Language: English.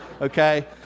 okay